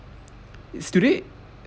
is today